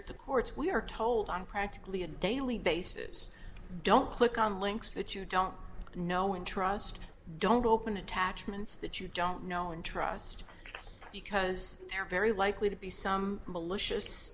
at the courts we are told on practically a daily basis don't click on links that you don't know and trust don't open attachments that you don't know and trust because they're very likely to be some